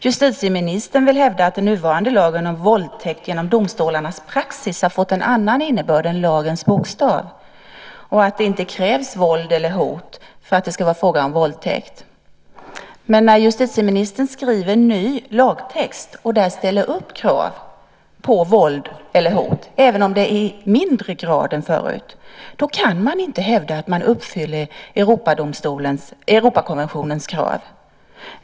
Justitieministern vill hävda att den nuvarande lagen om våldtäkt genom domstolarnas praxis har fått en annan innebörd än lagens bokstav och att det inte krävs våld eller hot för att det ska vara fråga om våldtäkt. Men när justitieministern skriver ny lagtext och där ställer upp krav på våld eller hot, även om det är i mindre grad än förut, kan man inte hävda att man uppfyller Europakonventionens krav.